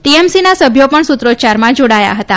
ટીએમસીના સભ્યો પણ સૂત્રોચ્યારમાં જાડાયા હતા